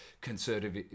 conservative